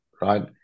right